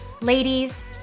Ladies